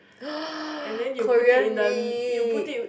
Korean meat